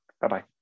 Bye-bye